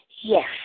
Yes